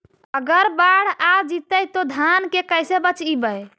अगर बाढ़ आ जितै तो धान के कैसे बचइबै?